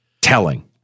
telling